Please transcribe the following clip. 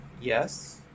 Yes